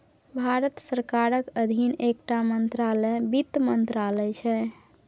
भारत सरकारक अधीन एकटा मंत्रालय बित्त मंत्रालय छै